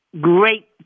great